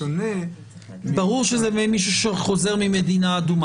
בשונה מ --- ברור שזה מישהו שחוזר ממדינה אדומה,